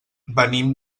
venim